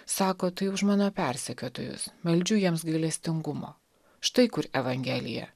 sako tai už mano persekiotojus meldžiu jiems gailestingumo štai kur evangelija